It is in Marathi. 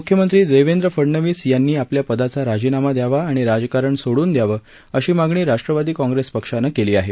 मुख्यमंत्री देवेंद्र फडणवीस यांनी आपल्या पदाचा राजिनामा द्यावा आणि राजकारण सोडून द्यावं अशी मागणी राष्ट्रवादी काँग्रेस पक्षानं केली आहे